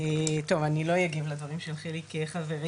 טוב, אני לא אגיב לדברים של יחיאל חברי,